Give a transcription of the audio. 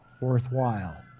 worthwhile